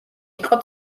იყო